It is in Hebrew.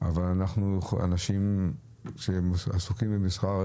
אבל אנשים שעסוקים במסחר,